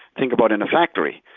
think about in a factory.